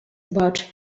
about